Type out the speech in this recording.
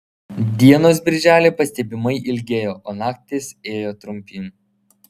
dienos birželį pastebimai ilgėjo o naktys ėjo trumpyn